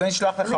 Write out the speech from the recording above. אשלח לך אותם.